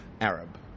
Arab